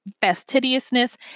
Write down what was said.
fastidiousness